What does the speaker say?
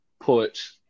put